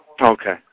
Okay